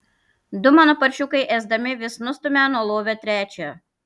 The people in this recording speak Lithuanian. du mano paršiukai ėsdami vis nustumia nuo lovio trečią